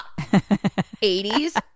80s